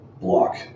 block